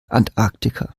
antarktika